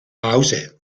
hause